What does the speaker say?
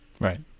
Right